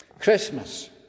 Christmas